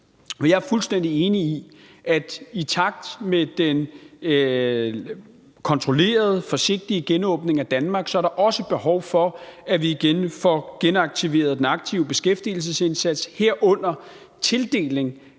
Jeg er fuldstændig enig i, at der i takt med den kontrollerede og forsigtige genåbning af Danmark også er behov for, at vi får genaktiveret den aktive beskæftigelsesindsats, herunder tildelingen